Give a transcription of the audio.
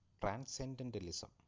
Transcendentalism